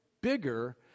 bigger